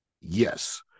Yes